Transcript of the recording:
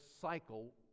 cycle